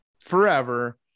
forever